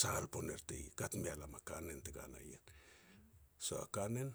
sal pone er ti kat mea lam a kanen te ka na ien. So a kanen